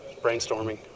brainstorming